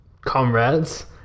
comrades